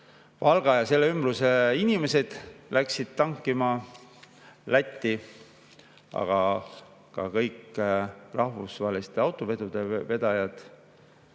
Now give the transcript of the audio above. Valga ja selle ümbruse inimesed läksid tankima Lätti. Aga ka kõik rahvusvaheliste autovedude